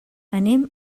anem